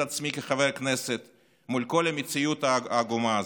עצמי כחבר כנסת מול כל המציאות העגומה הזאת: